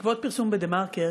בעקבות פרסום ב"דה-מרקר",